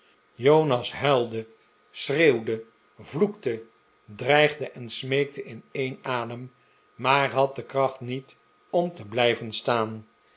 jonas huilde schreeuwde vloekte dreigde en smeekte in een adem maar had de kracht niet om te blijven staan